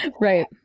right